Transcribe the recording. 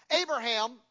Abraham